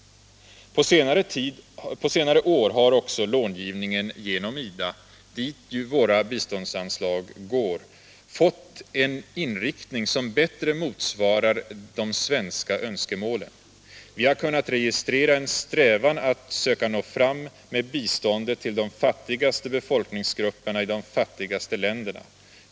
På senare år har också långivningen genom IDA -— dit ju våra biståndsanslag går — fått en inriktning som bättre motsvarar de svenska önskemålen. Vi har kunnat registrera en strävan att söka nå fram med biståndet till de fattigaste befolkningsgrupperna i de fattigaste länderna.